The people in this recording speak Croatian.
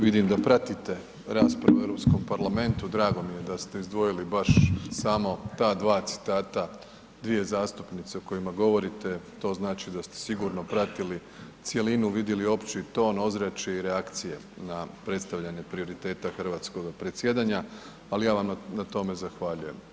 Vidim da pratite raspravu u EU parlamentu, drago mi je da ste izdvojili baš samo ta dva citata, dvije zastupnice o kojima govorite, to znači da ste sigurno pratili cjelinu, vidjeli opći ton, ozračje i reakcije na predstavljanje prioriteta hrvatskoga predsjedanja, ali ja vam na tome zahvaljujem.